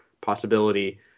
possibility –